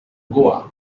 goa